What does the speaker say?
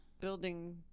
building